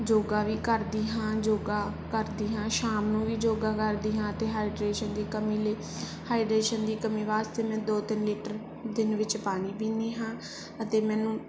ਯੋਗਾ ਵੀ ਕਰਦੀ ਹਾਂ ਯੋਗਾ ਕਰਦੀ ਹਾਂ ਸ਼ਾਮ ਨੂੰ ਵੀ ਯੋਗਾ ਕਰਦੀ ਹਾਂ ਅਤੇ ਹਾਈਡਰੇਸ਼ਨ ਦੀ ਕਮੀ ਲਈ ਹਾਈਡਰੇਸ਼ਨ ਦੀ ਕਮੀ ਵਾਸਤੇ ਮੈਂ ਦੋ ਤਿੰਨ ਲੀਟਰ ਦਿਨ ਵਿੱਚ ਪਾਣੀ ਪੀਂਦੀ ਹਾਂ ਅਤੇ ਮੈਨੂੰ